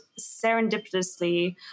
serendipitously